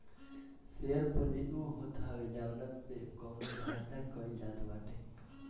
share पूंजी उ होत हवे जवना से कवनो धंधा कईल जात बाटे